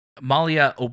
Malia